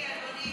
הינה היא, אדוני.